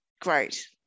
great